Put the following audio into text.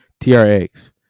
TRX